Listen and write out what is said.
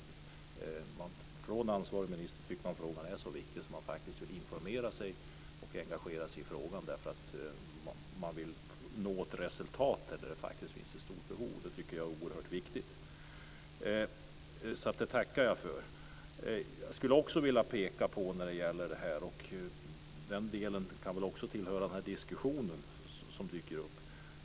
Ansvarig minister tycker att frågan är så viktig att han vill informera sig och engagera sig, därför att han vill nå ett resultat där det finns ett stort behov. Det är oerhört viktigt. Det tackar jag för. Jag skulle också vilja peka på en sak som också kan tillhöra den här diskussionen och som dyker upp.